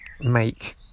make